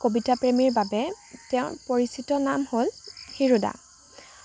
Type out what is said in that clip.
কবিতাপ্ৰেমীৰ বাবে তেওঁৰ পৰিচিত নাম হ'ল হীৰুদা